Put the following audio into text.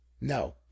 No